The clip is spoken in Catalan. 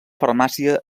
farmàcia